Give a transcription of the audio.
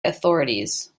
authorities